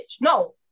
No